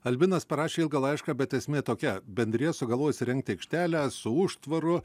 albinas parašė ilgą laišką bet esmė tokia bendrija sugalvojo įsirengti aikštelę su užtvaru